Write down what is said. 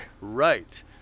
Right